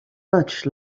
much